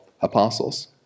apostles